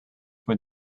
were